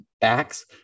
backs